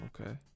Okay